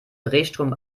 drehstrom